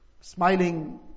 Smiling